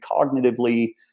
cognitively